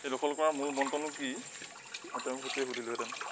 এই দখল কৰাৰ মূল মন্ত্ৰনো কি মই তেওঁক সেইটোৱেই সুধিলোঁহেতেন